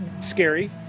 scary